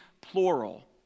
plural